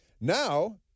Now